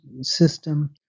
system